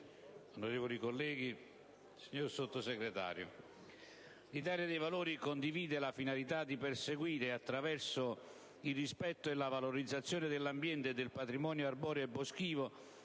onorevoli colleghi, signor Sottosegretario, l'Italia dei Valori condivide la finalità di perseguire, attraverso il rispetto e la valorizzazione dell'ambiente e del patrimonio arboreo e boschivo,